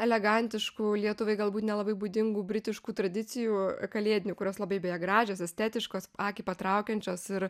elegantiškų lietuvai galbūt nelabai būdingų britiškų tradicijų kalėdinių kurios labai beje gražios estetiškos akį patraukiančios ir